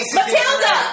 Matilda